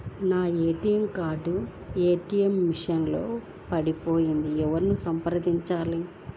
నా ATM card ATM machine లో పడిపోయింది ఎవరిని సంప్రదించాలి?